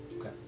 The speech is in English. Okay